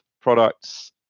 products